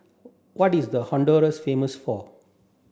what is Honduras famous for